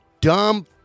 dumb